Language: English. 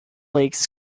lakes